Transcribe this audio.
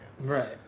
right